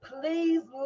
Please